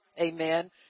amen